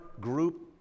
group